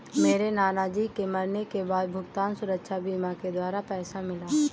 मेरे नाना जी के मरने के बाद भुगतान सुरक्षा बीमा के द्वारा पैसा मिला